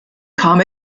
kam